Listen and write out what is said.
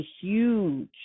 huge